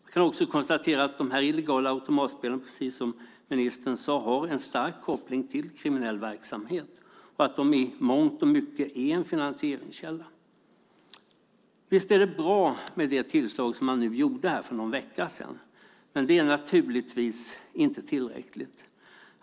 Vi kan också konstatera att de illegala automatspelen precis som ministern sade har en stark koppling till kriminell verksamhet och att de i mångt och mycket är en finansieringskälla. Visst är det bra med det tillslag man gjorde för någon vecka sedan, men det är naturligtvis inte tillräckligt.